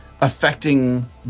affecting